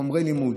חומרי לימוד,